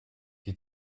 die